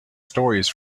stories